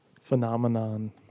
phenomenon